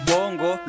Bongo